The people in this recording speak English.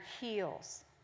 heals